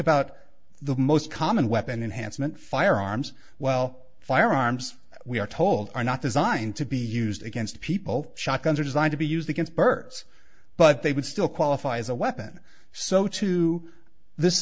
about the most common weapon enhanced meant firearms well firearms we are told are not designed to be used against people shotguns are designed to be used against birds but they would still qualify as a weapon so to this